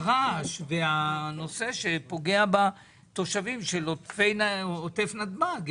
יותר רעש שפוגע בתושבים של הישובים בעוטף נתב"ג.